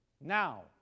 now